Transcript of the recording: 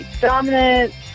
Dominant